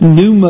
new